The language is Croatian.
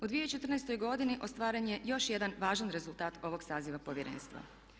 U 2014. godini ostvaren je još jedan važan rezultat ovog saziva Povjerenstva.